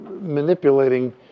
manipulating